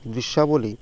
দৃশ্যাবলি